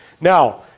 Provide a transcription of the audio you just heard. Now